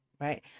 right